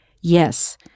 Yes